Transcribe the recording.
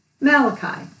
Malachi